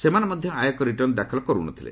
ସେମାନେ ମଧ୍ୟ ଆୟକର ରିଟର୍ଣ୍ଣ ଦାଖଲ କରୁନଥିଲେ